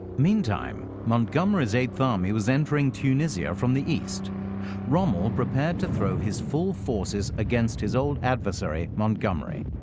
meantime, montgomery's eighth army was entering tunisia from the east rommel prepared to through his full forces against his old adversary, montgomery.